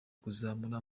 kuzamura